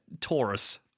Taurus